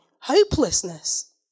Hopelessness